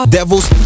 Devils